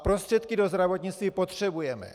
Prostředky do zdravotnictví potřebujeme.